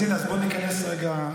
לא,